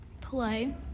Play